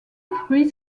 fruits